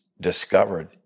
discovered